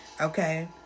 okay